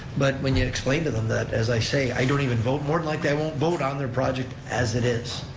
but when you explain to them that, as i say, i don't even vote, more than likely like i won't vote on their project as it is,